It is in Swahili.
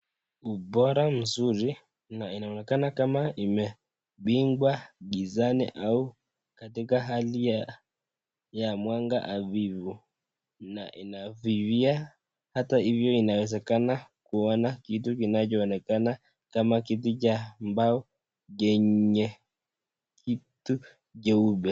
Ubora mzuri na inaonekana kama imebingwa gizani au katika hali ya mwanga avivu na inafifia. Hata hivyo inawezekana kuona kitu kinachoonekana kama kiti cha mbao chenye kitu cheupe.